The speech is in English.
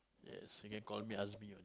yes you can call me Azmi one